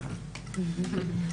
בוקר טוב לכולן, בוקר טוב